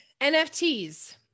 nfts